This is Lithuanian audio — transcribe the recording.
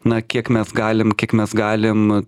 na kiek mes galim kiek mes galim